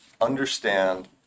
understand